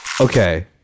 Okay